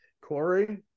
Corey